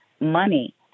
money